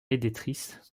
éditrice